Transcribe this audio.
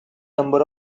number